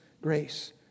grace